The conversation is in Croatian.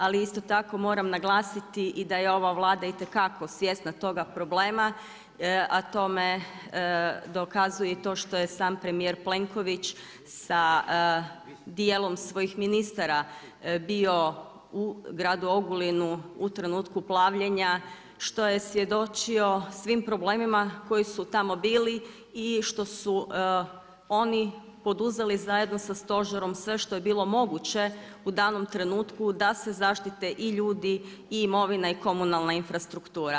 Ali isto tako moram naglasiti da je ova Vlada itekako svjesna toga problema, a tome dokazuje i to što je i sam premijer Plenković sa dijelom svojih ministara bio u gradu Ogulinu u trenutku plavljenja što je svjedočio svim problemima koji su tamo bili i što su oni poduzeli zajedno sa stožerom sve što je bilo moguće u danom trenutku da se zaštite i ljudi i imovina i komunalna infrastruktura.